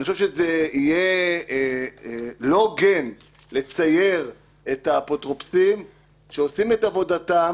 אני חושב שזה יהיה לא הוגן לצייר את האפוטרופסים שעושים את עבודתם